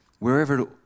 Wherever